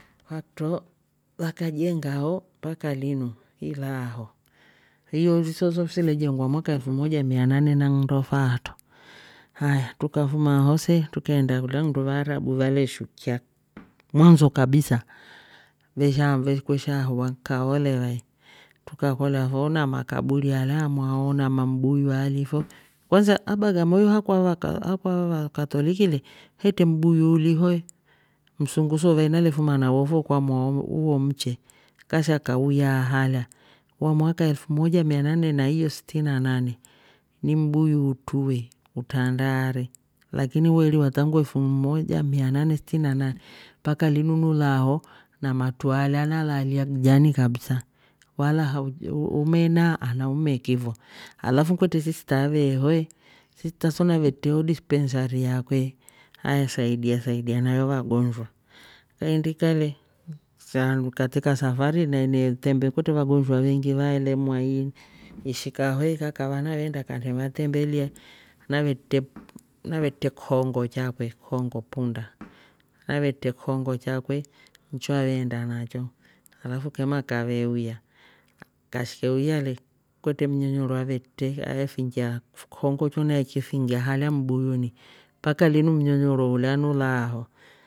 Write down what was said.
Kwakutro vakajenga ho mpaka linu ilaaho iyo nsoso sile jengwa mwaka elfu moja mianane na nndo faatro. haya tukafuma ho se trukeenda kulya nndo vaarabu valeshukia mwanzo kabisa veshaa- kwesha hawa kaole vai trukakolya fo na makaburi alya amwao na mambuyu alifo kwansa ah bagamoyo ha kwa vaka- vakatoliki le hetre mbuyu uli oh he msungu so ve nalefuma nawo fo kwamwao uo mche kasha kauyaa halya wa mwaaka elfu moja mianane na hiyo stini na nane nimbuyu utwre utrandaari lakini we riiwa tangu elfu moja mia nane stini na nane mpaka linu nulaao na tru alya na laali a kijani kabisa wala hauj- umenaa ana umeki fo alafu kwetre sista aveeho sista so navetre oh dispensari yakwe aesaidia saidia ho vagonshwa kaindika le shaandu katika safari na inetembe kwetre vagonjwa veengi vaelemwa iinda ishika ho kava kaveenda kanevatemebelea na vetre kihongo chakwe kihongo punda, navetre kihongo chakwe ncho aveenda nacho alafu kema akave uya. kashike uya le kwetre mnyonyoro avetre he aefinjia kihongo cho. kihongo cho naechifinjiya halya mbuyuni mpaka linu mnyonyoro ulya nulaaho